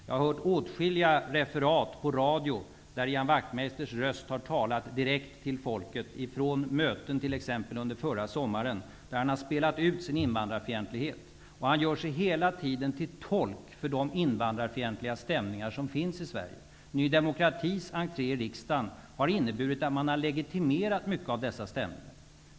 Jag har hört åtskilliga referat på radio, där Ian Wachtmeisters röst har talat direkt till folket, t.ex. från möten under förra sommaren, där han har spelat ut sin invandrarfientlighet. Han gör sig hela tiden till tolk för de invandrarfientliga stämningar som finns i Sverige. Ny demokratis entré i riksdagen har inneburit att man har legitimerat mycket av dessa stämningar.